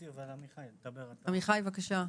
בבקשה.